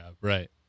right